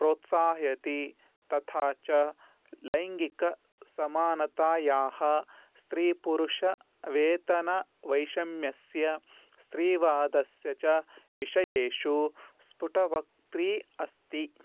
प्रोत्साहयति तथा च लैङ्गिकसमानतायाः स्त्रीपुरुषवेतनवैषम्यस्य स्त्रीवादस्य च विषयेषु स्फुटवक्त्री अस्ति